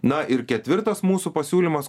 na ir ketvirtas mūsų pasiūlymas